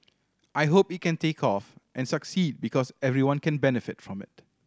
I hope it can take off and succeed because everyone can benefit from it